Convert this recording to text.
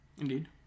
Indeed